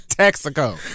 Mexico